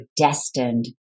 destined